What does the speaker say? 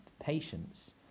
patience